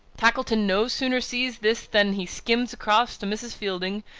tackleton no sooner sees this than he skims across to mrs. fielding,